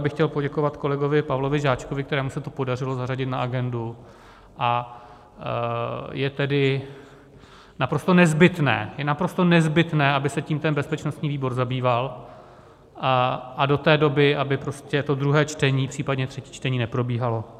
Já bych chtěl poděkovat kolegovi Pavlovi Žáčkovi, kterému se to podařilo zařadit na agendu, a je tedy naprosto nezbytné, je naprosto nezbytné, aby se tím ten bezpečnostní výbor zabýval a do té doby aby prostě to druhé čtení, případně třetí čtení neprobíhalo.